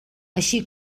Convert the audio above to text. així